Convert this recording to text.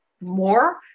more